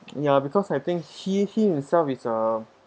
ya because I think he he himself is a